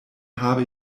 habe